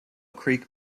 creek